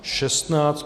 16.